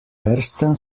ersten